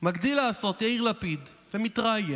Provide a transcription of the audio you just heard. מגדיל לעשות יאיר לפיד ומתראיין,